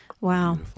Wow